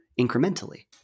incrementally